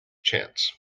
chance